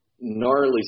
gnarly